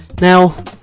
Now